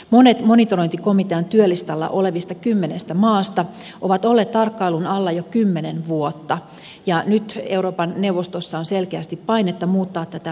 monet monitorointikomitean työlistalla olevista kymmenestä maasta ovat olleet tarkkailun alla jo kymmenen vuotta ja nyt euroopan neuvostossa on selkeästi painetta muuttaa tätä monitorointijärjestelmää